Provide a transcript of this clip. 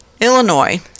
Illinois